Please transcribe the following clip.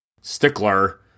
stickler